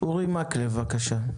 אורי מקלב, בבקשה.